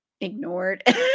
Ignored